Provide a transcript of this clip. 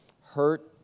hurt